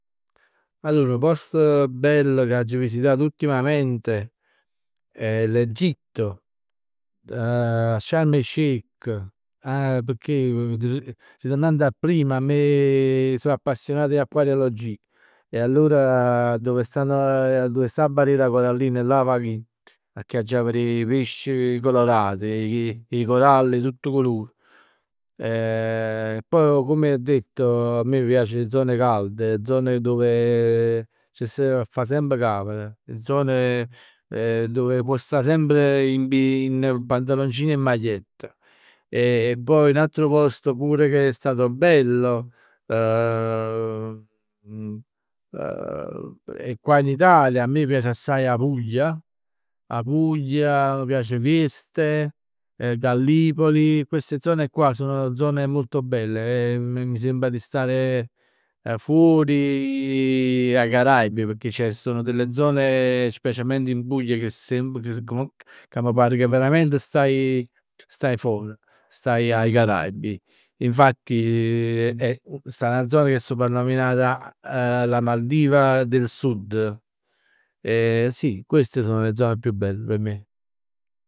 Allor 'o posto bell che aggio visitat ultimamente, è l'Egitto Sharm el- Sheik, pecchè ritornando a prima so appassionato 'e acquariologia. E allora dove stanno 'e, dove sta 'a barriera corallina, là vag ij. Pecchè aggia verè 'e pesci colorati, 'e coralli 'e tutt 'e culur. Poi come ho detto, a me m' piacen 'e zone calde, zone dove c' sta che fa semp caver, zone dove può sta sempre in piedi, in pantaloncini e maglietta. Poi un altro posto che pure è stato bello qua in Italia. A me mi piace assaje 'a Puglia, 'a Puglia, mi piace Vieste, Gallipoli. Queste zone qua sono zone molto belle e m- m- mi sembra di stare fuori ai Caraibi, ceh perchè sono delle zone, specialmente in Puglia che sembr, ca m' pare che verament stai, stai for, stai ai Caraibi. Infatti è è, sta 'na zona che è soprannominata la Maldiva del Sud. Sì queste sono le zone più belle p' me.